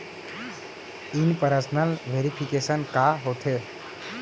In person verification का होथे?